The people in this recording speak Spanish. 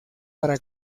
para